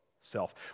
self